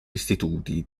istituti